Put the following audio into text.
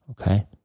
Okay